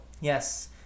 Yes